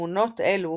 בתמונות אלו